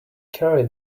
carry